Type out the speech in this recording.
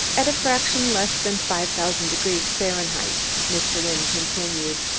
at a fraction less than five thousand degrees fahrenheit, mr. wynne continued.